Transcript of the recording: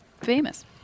famous